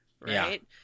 right